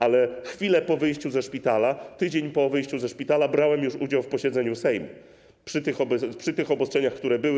Ale chwilę po wyjściu ze szpitala, tydzień po wyjściu ze szpitala, brałem już udział w posiedzeniu Sejmu, przy tych obostrzeniach, które były.